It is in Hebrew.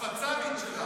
הפצ"רית שלנו.